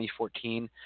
2014